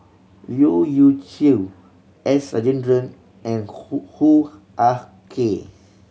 Leu Yew Chye S Rajendran and Hoo Hoo Ah Kay